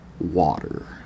water